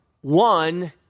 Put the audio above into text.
one